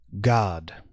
God